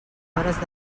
hores